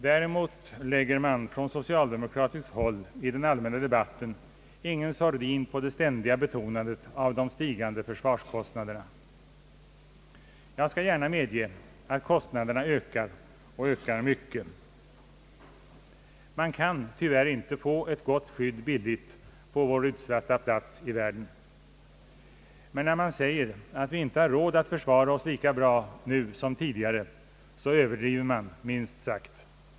Däremot lägger man från socialdemokratiskt håll i den allmänna debatten ingen sordin på det ständiga betonandet av de stigande försvarskostnaderna. Jag medger gärna att kostnaderna ökar och ökar mycket. Man kan tyvärr inte få ett gott skydd billigt på vår utsatta plats i världen. Men när man säger att vi inte har råd att försvara oss lika bra nu som tidigare, så överdriver man minst sagt.